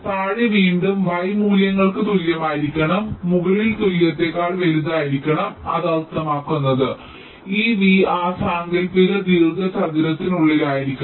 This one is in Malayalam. താഴെ വീണ്ടും y മൂല്യങ്ങൾക്ക് തുല്യമായിരിക്കണം മുകളിൽ തുല്യത്തേക്കാൾ വലുതായിരിക്കണം അത് അർത്ഥമാക്കുന്നത് ഈ v ആ സാങ്കൽപ്പിക ദീർഘചതുരത്തിനുള്ളിലായിരിക്കണം